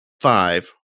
five